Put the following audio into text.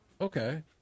okay